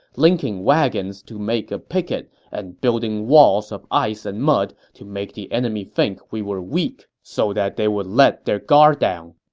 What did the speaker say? linking wagons to make a picket and building walls of ice and mud to make the enemy think we were weak, so that they would let their guard down.